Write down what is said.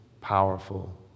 powerful